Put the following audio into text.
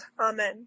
amen